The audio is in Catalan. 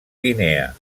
guinea